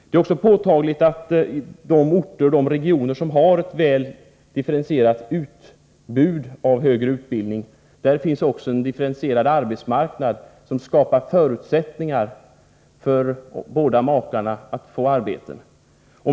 Det är också påtagligt att i de orter och regioner som har ett väl differentierat utbud av högre utbildning finns det även en differentierad arbetsmarknad, som skapar förutsättningar för båda makarna att få arbeten.